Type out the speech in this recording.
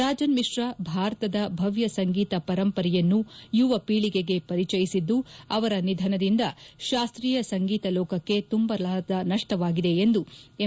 ರಾಜನ್ ಮಿಶ್ರಾ ಭಾರತದ ಭವ್ಯ ಸಂಗೀತ ಪರಂಪರೆಯನ್ನು ಯುವ ಪೀಳಿಗೆಗೆ ಪರಿಚಯಿಸಿದ್ದು ಅವರ ನಿಧನದಿಂದ ಶಾಸ್ತೀಯ ಸಂಗೀತ ಲೋಕಕ್ಕೆ ತುಂಬಲಾರದ ನಷ್ಟವಾಗಿದೆ ಎಂದು ಎಂ